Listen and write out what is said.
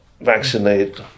vaccinate